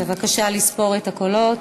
בבקשה לספור את הקולות.